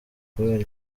kubera